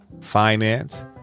finance